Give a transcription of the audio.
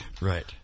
right